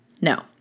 No